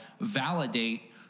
validate